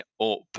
up